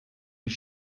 his